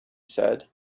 said